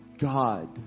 God